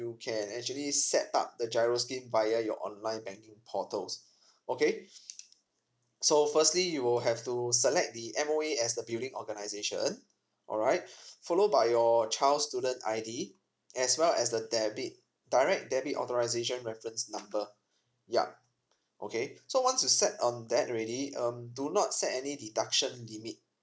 you can actually set up the giro scheme via your online banking portals okay so firstly you will have to select the M_O_E as the billing organisation alright followed by your child student's I_D as well as the debit direct debit authorisation reference number yeah okay so once you set um that already um do not set any deduction limit